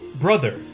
Brother